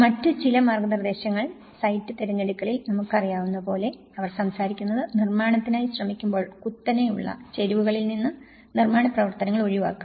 മറ്റ് ചില മാർഗ്ഗനിർദ്ദേശങ്ങൾ സൈറ്റ് തിരഞ്ഞെടുക്കലിൽ നമുക്കറിയാവുന്ന പോലെ അവർ സംസാരിക്കുന്നത് നിർമ്മാണത്തിനായി ശ്രമിക്കുമ്പോൾ കുത്തനെയുള്ള ചരിവുകളിൽ നിന്ന് നിർമാണ പ്രവർത്തനങ്ങൾ ഒഴിവാക്കുക